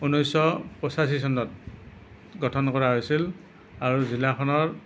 ঊনৈছশ পঁচাশী চনত গঠন কৰা হৈছিল আৰু জিলাখনৰ